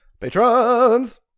Patrons